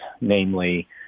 namely